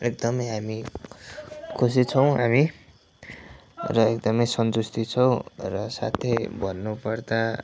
एकदमै हामी खुसी छौँ हामी र एकदमै सन्तुष्टी छौँ र साथै भन्नुपर्दा